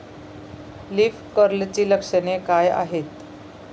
Leaf कर्लची लक्षणे काय आहेत?